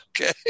okay